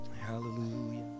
Hallelujah